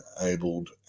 enabled